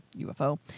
UFO